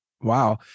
Wow